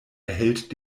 erhellt